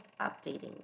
updating